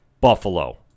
Buffalo